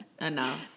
Enough